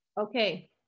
Okay